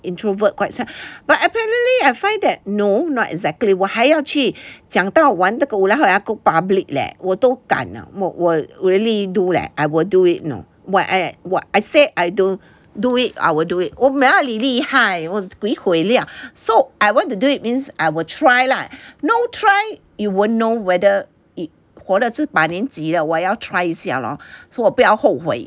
I'm introvert quite so but apparently I find that no not exactly 我还要去讲到完那个过后我还要 go public leh 我都敢 ah 我我 really do leh I will do it you know what I what I said I don't do it I will do it no oh 你厉害我 gui hui liao so I want to do it means I will try lah no try you won't know whether it 活了这把年纪了我要 try 一下 lor 我不要后悔